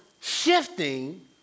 shifting